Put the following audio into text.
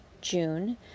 June